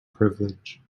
privilege